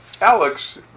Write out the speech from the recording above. Alex